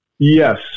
Yes